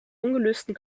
ungelösten